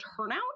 turnout